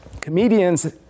Comedians